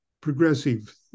progressive